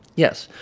yes.